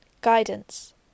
guidance